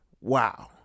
wow